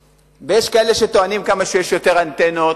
ויש כאלה שטוענים: כמה שיש יותר אנטנות,